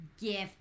gift